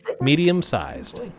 Medium-sized